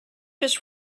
just